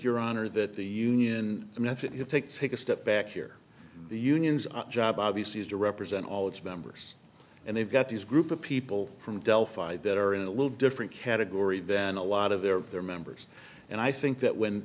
your honor that the union i mean if they take a step back here the unions job obviously is to represent all its members and they've got these group of people from delphi that are in a little different category than a lot of their of their members and i think that when